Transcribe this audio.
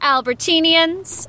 Albertinians